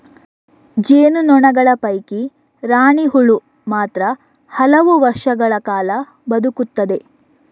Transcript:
ಜೇನು ನೊಣಗಳ ಪೈಕಿ ರಾಣಿ ಹುಳು ಮಾತ್ರ ಹಲವು ವರ್ಷಗಳ ಕಾಲ ಬದುಕುತ್ತದೆ